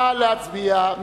נא להצביע.